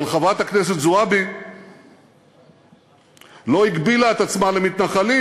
אבל חברת הכנסת זועבי לא הגבילה את עצמה למתנחלים.